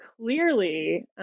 clearly